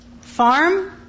Farm